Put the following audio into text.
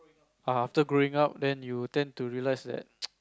ah after growing up then you tend to realise that